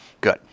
good